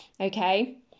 okay